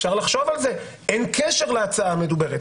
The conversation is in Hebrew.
אפשר לחשוב על זה, אין קשר להצעה המדוברת.